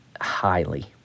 highly